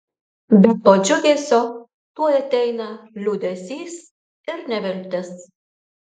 bet po džiugesio tuoj ateina liūdesys ir neviltis